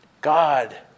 God